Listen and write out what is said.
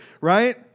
right